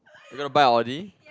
you gonna buy Audi